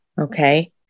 Okay